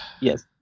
Yes